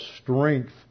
strength